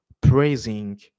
praising